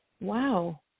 Wow